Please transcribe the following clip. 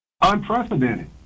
Unprecedented